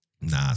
Nah